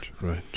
right